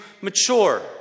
mature